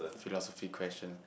philosophy question